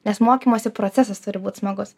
nes mokymosi procesas turi būt smagus